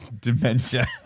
dementia